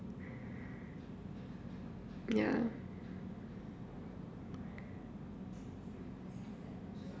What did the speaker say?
ya